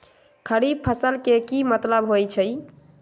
खरीफ फसल के की मतलब होइ छइ?